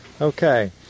okay